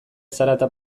zarata